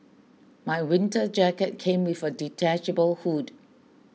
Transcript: my winter jacket came with a detachable hood